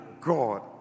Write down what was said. God